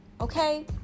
okay